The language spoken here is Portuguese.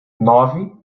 nove